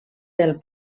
del